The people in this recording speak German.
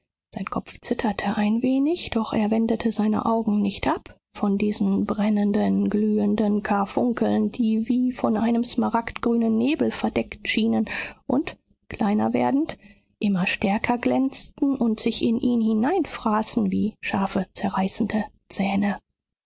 sein kopf zitterte ein wenig doch er wendete seine augen nicht ab von diesen brennenden glühenden karfunkeln die wie von einem smaragdgrünen nebel verdeckt schienen und kleiner werdend immer stärker glänzten und sich in ihn hineinfraßen wie scharfe zerreißende zähne